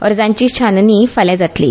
अर्जांची छाननी फाल्यां जातली